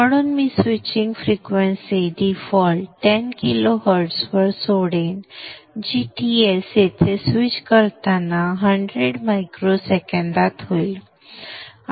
म्हणून मी switching frequency default 10 kHz वर सोडेन जी Ts येथे स्विच करताना 100 मायक्रो सेकंदात होईल